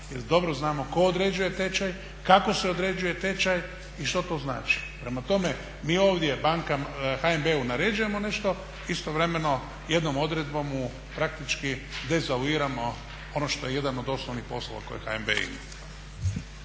dobro znamo tko određuje tečaj, kako se određuje tečaj i što to znači. Prema tome, mi ovdje HNB-u naređujemo nešto, istovremeno jednom odredbom praktički dezavuiramo ono što je jedan od osnovnih poslova koje HNB ima.